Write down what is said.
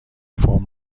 فرم